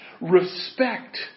Respect